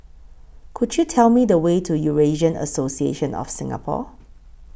Could YOU Tell Me The Way to Eurasian Association of Singapore